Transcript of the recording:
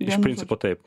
iš principo taip